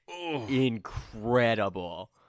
incredible